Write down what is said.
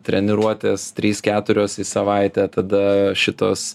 treniruotės trys keturios į savaitę tada šitos